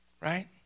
Right